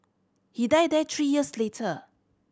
he died there three years later